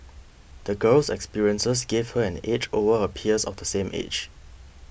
the girl's experiences gave her an edge over her peers of the same age